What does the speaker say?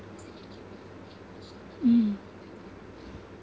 mm